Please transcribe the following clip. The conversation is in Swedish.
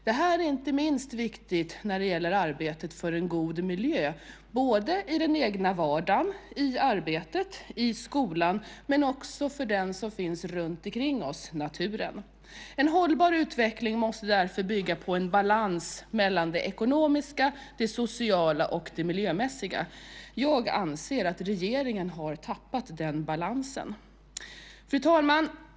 Det är inte minst viktigt när det gäller arbetet för en god miljö - både i den egna vardagen, i arbetet och i skolan, men också för den som finns runtomkring i naturen. En hållbar utveckling måste därför bygga på en balans mellan det ekonomiska, det sociala och det miljömässiga. Jag anser att regeringen har tappat den balansen. Fru talman!